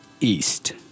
east